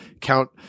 count